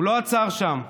הוא לא עצר שם,